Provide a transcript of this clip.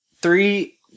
Three